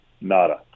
Nada